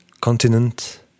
continent